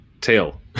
tail